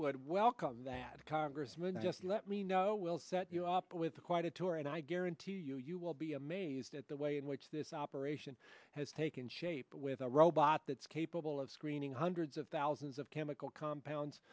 would welcome that congressman just let me know will set you up with a quite a tour and i guarantee you you will be amazed at the way in which this operation has taken shape with a robot that is capable of screening hundreds of thousands of chemical compounds